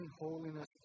holiness